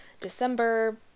December